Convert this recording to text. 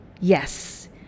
Yes